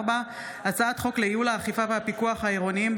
2024,